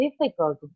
difficult